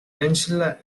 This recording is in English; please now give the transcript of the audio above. angela